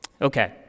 Okay